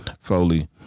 Foley